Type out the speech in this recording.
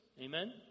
Amen